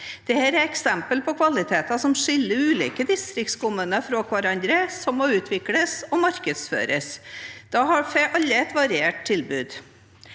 Dette er eksempler på kvaliteter som skiller ulike distriktskommuner fra hverandre, og som må utvikles og markedsføres. Da har alle et variert tilbud.